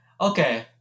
Okay